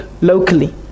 locally